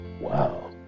wow